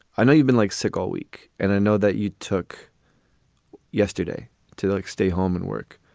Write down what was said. i know you've been like sick all week and i know that you took yesterday to like stay home and work.